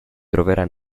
troverà